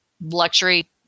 Luxury